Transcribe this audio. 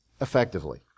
effectively